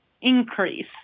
increase